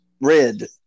Red